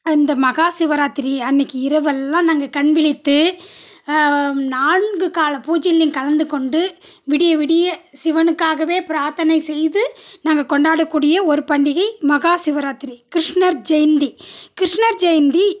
இந்த மஹாசிவராத்திரி அன்னக்கி இரவெல்லாம் நாங்கள் கண் விழித்து நான்கு கால பூஜைலேயும் கலந்து கொண்டு விடிய விடிய சிவனுக்காகவே பிராத்தனை செய்து நாங்கள் கொண்டாடக்கூடிய ஒரு பண்டிகை மஹாசிவராத்திரி கிருஷ்ணர் ஜெயந்தி கிருஷ்ணர் ஜெயந்தி